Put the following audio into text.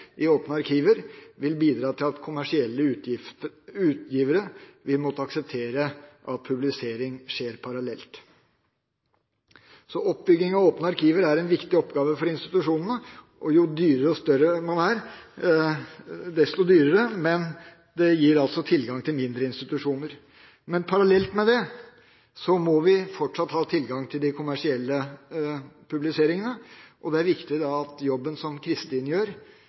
i åpne arkiver, vil bidra til at kommersielle utgivere vil måtte akseptere at publisering skjer parallelt. Oppbygging av åpne arkiver er derfor en viktig oppgave for institusjonene. Det blir dyrere jo større man er, men det gir altså tilgang for mindre institusjoner. Parallelt med det må vi fortsatt ha tilgang til de kommersielle publiseringene. Da er det viktig at jobben som Cristin gjør